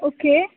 okay